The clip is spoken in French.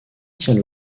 tient